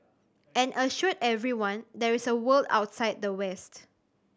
and assured everyone there is a world outside the west